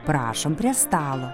prašom prie stalo